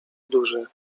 duże